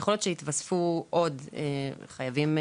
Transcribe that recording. יכול להיות שהתווספו עוד חייבים,